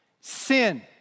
sin